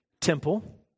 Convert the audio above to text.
temple